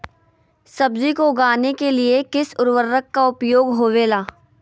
सब्जी को उगाने के लिए किस उर्वरक का उपयोग होबेला?